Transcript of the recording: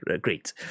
great